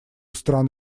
стран